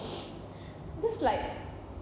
that's like